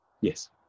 yes